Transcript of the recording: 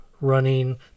running